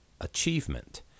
achievement